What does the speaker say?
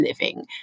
living